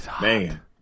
Man